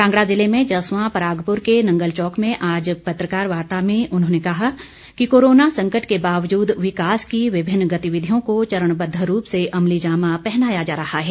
कांगड़ा ज़िले मे जसवां परागपुर के नंगल चौक में आज पत्रकार वार्ता में उन्होंने कहा कि कोरोना संकट के बावजूद विकास की विभिन्न गतिविधियों को चरणबद्ध रूप से अमलीजामा पहनाया जा रहा है